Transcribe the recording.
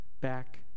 back